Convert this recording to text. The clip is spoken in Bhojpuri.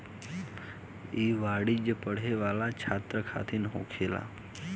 ई वाणिज्य पढ़े वाला छात्र खातिर होखेला